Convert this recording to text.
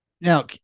Now